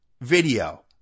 video